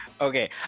Okay